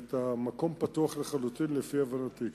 כלומר המקום פתוח לחלוטין, לפי הבנתי.